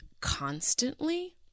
constantly